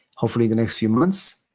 hopefully, the next few months.